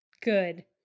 good